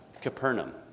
Capernaum